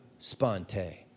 sponte